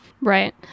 Right